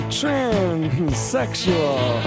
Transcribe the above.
transsexual